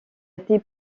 été